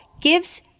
gives